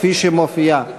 כפי שמופיעה.